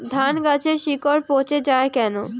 ধানগাছের শিকড় পচে য়ায় কেন?